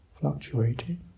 fluctuating